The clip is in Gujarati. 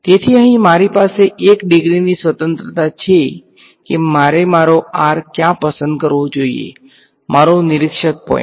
તેથી અહીં મારી પાસે 1 ડિગ્રીની સ્વતંત્રતા છે કે મારે મારો r ક્યાં પસંદ કરવો જોઈએ મારો નિરીક્ષક પોઈંટ